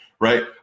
right